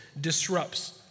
disrupts